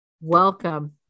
Welcome